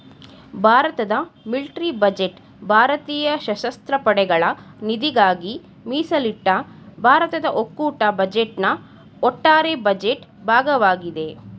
ಭಾರತದ military budget ಭಾರತೀಯ ಸಶಸ್ತ್ರ ಪಡೆಗಳ ನಿಧಿಗಾಗಿ ಮೀಸಲಿಟ್ಟ ಭಾರತದ ಒಕ್ಕೂಟ ಬಜೆಟ್ನ ಒಟ್ಟಾರೆ ಬಜೆಟ್ ಭಾಗವಾಗಿದೆ